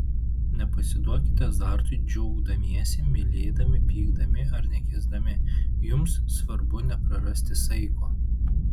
nepasiduokite azartui džiaugdamiesi mylėdami pykdami ar nekęsdami jums svarbu neprarasti saiko